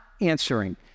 answering